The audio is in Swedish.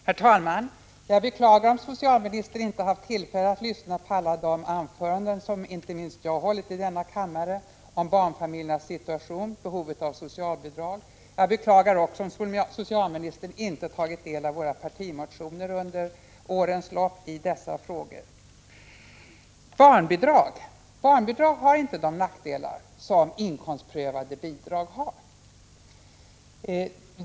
Herr talman! Jag beklagar om socialministern inte haft tillfälle att lyssna på alla de anföranden som inte minst jag hållit i denna kammare om barnfamiljernas situation och om behovet av socialbidrag. Jag beklagar också om socialministern inte tagit del av våra partimotioner under årens lopp i dessa frågor. Barnbidrag har inte de nackdelar som inkomstprövade bidrag har.